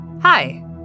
Hi